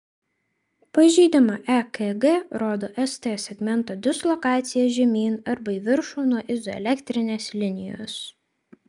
pažeidimą ekg rodo st segmento dislokacija žemyn arba į viršų nuo izoelektrinės linijos